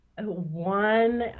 One